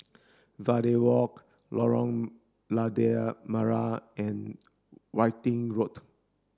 Verde Walk Lorong Lada Merah and Wittering Road